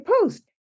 post